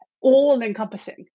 all-encompassing